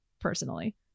personally